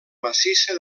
massissa